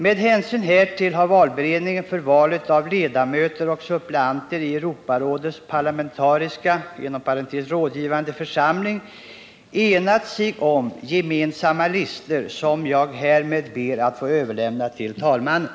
Med hänsyn härtill har valberedningen för valet av ombud och suppleanter i Europarådets parlamentariska församling enat sig om gemensamma listor som jag härmed ber att få överlämna till talmannen.